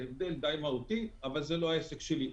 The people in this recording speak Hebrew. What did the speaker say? הבדל די מהותי אבל זה לא העסק שלי.